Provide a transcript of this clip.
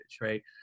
right